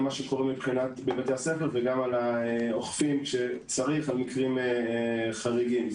מה שקורה בבתי הספר ואוכפים כשצריך מקרים חריגים.